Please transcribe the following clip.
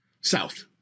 South